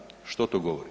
Što to govori?